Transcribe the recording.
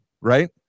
right